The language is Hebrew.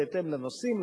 בהתאם לנושאים,